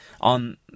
on